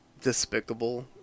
despicable